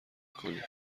کنی